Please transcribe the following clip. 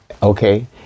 Okay